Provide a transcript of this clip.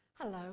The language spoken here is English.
Hello